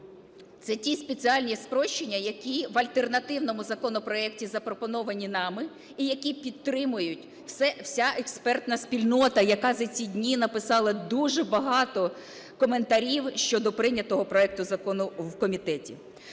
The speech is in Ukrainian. це ті спеціальні спрощення, які в альтернативному законопроекті запропоновані нами і які підтримують вся експертна спільнота, яка за ці дні написала дуже багато коментарів щодо прийнятого проекту закону в комітету.